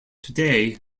today